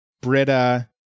Britta